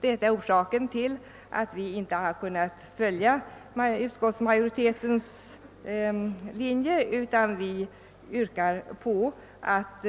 Detta är orsaken till att vi inte kunnat följa utskottsmajoritetens linje utan yrkar på att